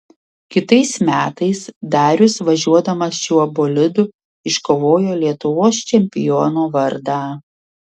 kitais metais darius važiuodamas šiuo bolidu iškovojo lietuvos čempiono vardą